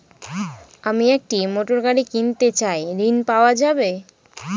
আমি একটি মোটরগাড়ি কিনতে চাই ঝণ পাওয়া যাবে?